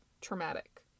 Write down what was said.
traumatic